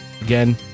Again